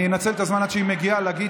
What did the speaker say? אני אנצל את הזמן עד שהיא מגיעה כדי להגיד